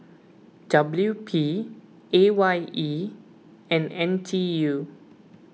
W P A Y E and N T U